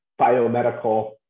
biomedical